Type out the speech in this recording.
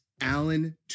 Alan